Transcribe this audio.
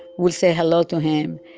we'll say hello to him,